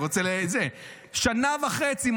שנה וחצי,